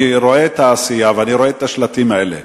אני רואה את העשייה, ואני רואה את השלטים האלה.